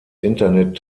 internet